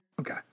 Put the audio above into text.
Okay